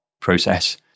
process